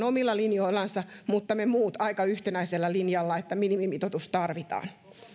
omilla linjoillansa mutta me muut aika yhtenäisellä linjalla että minimimitoitus tarvitaan